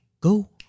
go